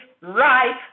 right